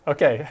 Okay